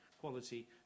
quality